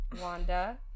Wanda